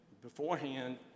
beforehand